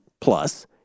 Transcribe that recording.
plus